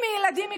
עם ילדים קטנים?